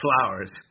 Flowers